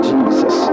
Jesus